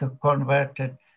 converted